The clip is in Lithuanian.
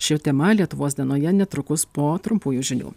ši tema lietuvos dienoje netrukus po trumpųjų žinių